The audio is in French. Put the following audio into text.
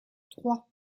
trois